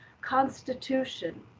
Constitution